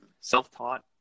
self-taught